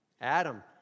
Adam